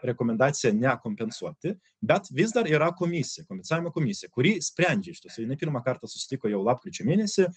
rekomendacija nekompensuoti bet vis dar yra komisija kompensavimo komisija kuri sprendžia šituos ir jinai pirmą kartą susitiko jau lapkričio mėnesį